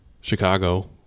Chicago